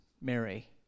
Mary